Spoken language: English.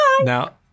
Now